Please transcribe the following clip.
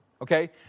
Okay